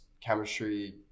chemistry